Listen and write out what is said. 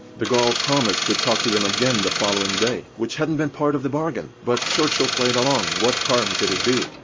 gaulle promised to talk to them again the following day, which hadn't been part of the bargain, but churchill played along. what harm could it do?